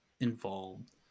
involved